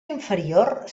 inferior